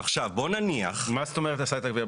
מה זאת אומרת עשה את הגבייה?